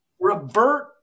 revert